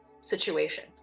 situation